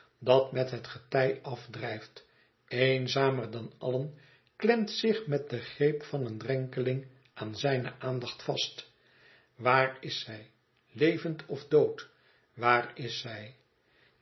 dat met het getij afdrijft eenzamer dan allen klemt zich met den greep van een drenkeling aan zijne aandacht vast waar is zij levend of dood waar is zij